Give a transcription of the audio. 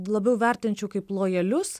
labiau vertinčiau kaip lojalius